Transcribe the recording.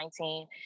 2019